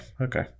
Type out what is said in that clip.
okay